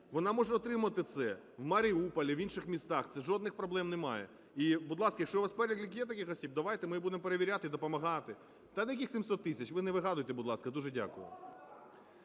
вона може отримати це в Маріуполі, в інших містах, це жодних проблем немає. І, будь ласка, якщо у вас перелік є таких осіб, давайте ми будемо перевіряти і допомагати. Та яких 700 тисяч, ви не вигадуйте, будь ласка. Дуже дякую.